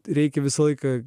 reikia visą laiką